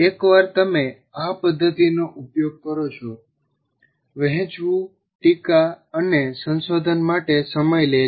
એકવાર તમે આ પદ્ધતિનો ઉપયોગ કરો છો વહેચવું ટીકા અને સંશોધન માટે સમય લે છે